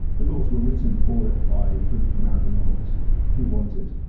the laws were written for it by a group of american lawyers who wanted,